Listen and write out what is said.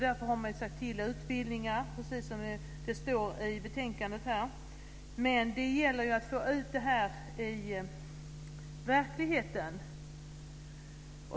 Därför har man gett utbildning, precis som det står i betänkandet, men det gäller ju att få ut det här i verkligheten.